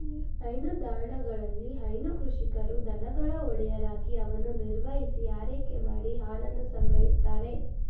ಹೈನುದಾಣಗಳಲ್ಲಿ ಹೈನು ಕೃಷಿಕರು ದನಗಳ ಒಡೆಯರಾಗಿ ಅವನ್ನು ನಿರ್ವಹಿಸಿ ಆರೈಕೆ ಮಾಡಿ ಹಾಲನ್ನು ಸಂಗ್ರಹಿಸ್ತಾರೆ